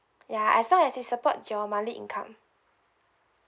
ya as long as it support your monthly income